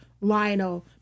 Lionel